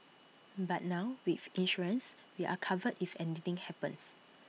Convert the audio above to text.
but now with insurance we are covered if anything happens